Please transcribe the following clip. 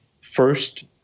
first